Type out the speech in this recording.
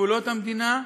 בגבולות המדינה,